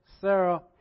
Sarah